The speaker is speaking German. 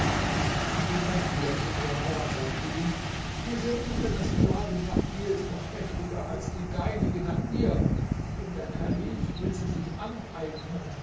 sie ging dann wieder zu niamah und sagte ihm die sehnsucht deiner sklavin nach dir ist noch heftiger als die deinige nach ihr denn der kalife will sie sich aneignen